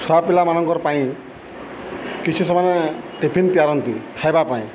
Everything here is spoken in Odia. ଛୁଆ ପିଲାମାନଙ୍କର ପାଇଁ କିଛି ସେମାନେ ଟିଫିନ୍ ତିଆରନ୍ତି ଖାଇବା ପାଇଁ